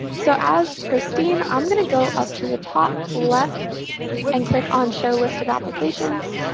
so as christine, i'm going to go up to the top left and click on show list of applications.